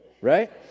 right